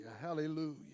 hallelujah